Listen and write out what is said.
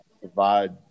provide